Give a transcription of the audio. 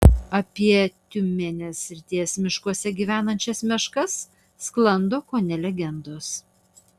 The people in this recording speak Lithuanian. apie tiumenės srities miškuose gyvenančias meškas sklando kone legendos